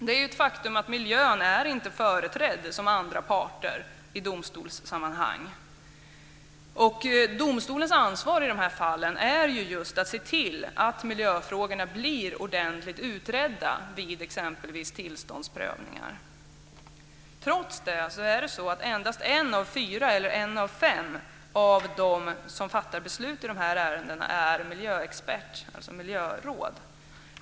Det är ett faktum att miljön inte är företrädd som annan part i domstolssammanhang. Domstolens ansvar i de här fallen är att se till att miljöfrågorna blir ordentligt utredda vid exempelvis tillståndsprövningar. Trots det är det endast en av fyra eller en av fem av dem som fattar beslut i de här ärendena är miljöexpert, alltså miljöråd.